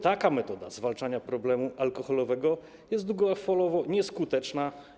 Taka metoda zwalczania problemu alkoholowego jest długofalowo nieskuteczna.